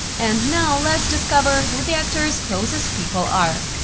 and now, let's discover who the actor's closest people are!